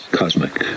cosmic